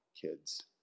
kids